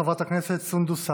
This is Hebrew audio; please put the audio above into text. חברת הכנסת סונדוס סאלח.